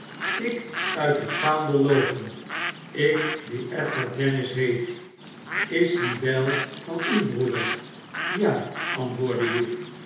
ik uit het vaandel loopen ik die edward dennis heet is die bijl van u broeder ja antwoordde